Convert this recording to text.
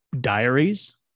diaries